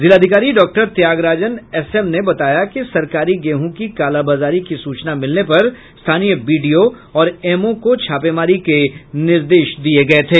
जिलाधिकारी doctor Tyagarajan SM ने बताया कि सरकारी गेहू की कालाबाजारी की सूचना मिलने पर स्थानीय बीडीओ और एमओ को छापेमारी के निर्देश दिये गये थे